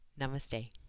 Namaste